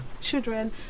children